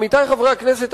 עמיתי חברי הכנסת,